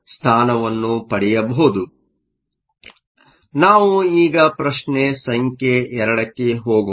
ಆದ್ದರಿಂದ ನಾವು ಈಗ ಪ್ರಶ್ನೆ ಸಂಖ್ಯೆ 2 ಕ್ಕೆ ಹೋಗೋಣ